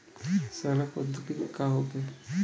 सड़न प्रधौगकी का होखे?